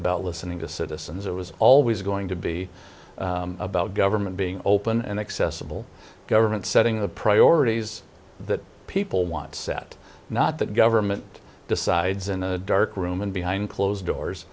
about listening to citizens it was always going to be about government being open and accessible government setting the priorities that people want set not that government decides in a dark room and behind closed doors